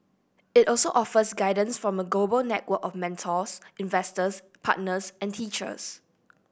it also offers guidance from a global network of mentors investors partners and teachers